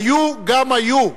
היו גם היו.